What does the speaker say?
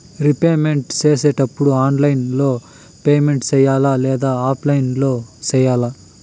repayment సేసేటప్పుడు online లో payment సేయాలా లేదా ఆఫ్లైన్ లో సేయాలా